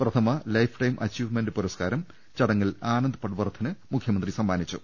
പ്രഥമ lifetime achievement പുര സ്കാരം ചടങ്ങിൽ ആനന്ദ് പട്വർധന് മുഖ്യമന്ത്രി സമ്മാനിച്ചു